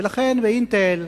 ולכן, ב"אינטל",